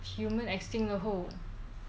human extinct 的后